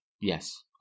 Yes